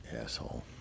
Asshole